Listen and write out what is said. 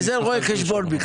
וזה רואה חשבון.